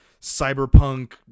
cyberpunk